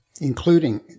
including